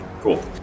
cool